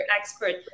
expert